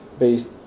based